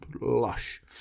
lush